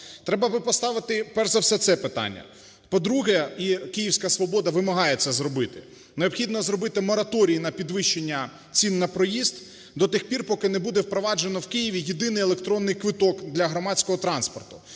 Треба би поставити перш за все це питання. По-друге, і київська "Свобода" вимагає це зробити, необхідно зробити мораторій на підвищення цін на проїзд до тих пір, поки не буде впроваджено в Києві єдиний електронний квиток для громадського транспорту.